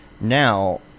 Now